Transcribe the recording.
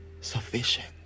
sufficient